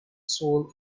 soul